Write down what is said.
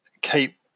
keep